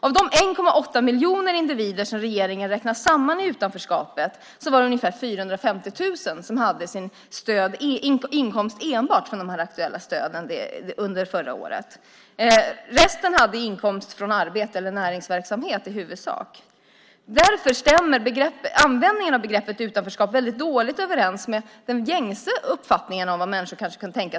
Av de 1,8 miljoner individer som regeringen räknar in i utanförskapet var det under förra året ungefär 450 000 som hade sin inkomst enbart från de aktuella stöden, resten hade i huvudsak inkomst från arbete eller näringsverksamhet. Därför stämmer användningen av begreppet utanförskap väldigt dåligt överens med människors gängse uppfattning om vad ett utanförskap är.